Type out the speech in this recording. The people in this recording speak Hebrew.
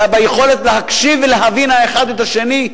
אלא ביכולת להקשיב ולהבין האחד את השני,